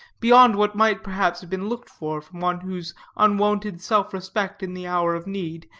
beyond what might, perhaps, have been looked for from one whose unwonted self-respect in the hour of need,